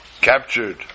captured